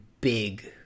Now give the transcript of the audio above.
big